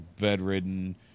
bedridden